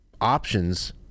options